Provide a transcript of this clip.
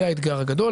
זה האתגר הגדול.